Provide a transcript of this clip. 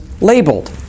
labeled